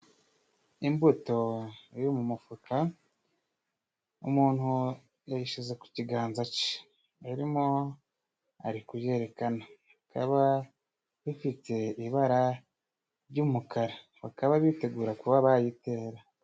Imbuto yo mu mufuka, umuntu yayishize ku kiganza ce, yari arimo ari kuyerekana. Ikaba ifite ibara ry'umukara. Bakaba bitegura kuba bayitera.